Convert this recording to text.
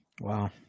Wow